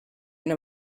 know